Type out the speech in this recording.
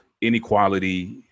inequality